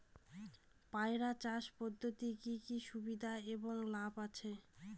পয়রা চাষ পদ্ধতির কি কি সুবিধা এবং লাভ আছে?